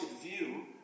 view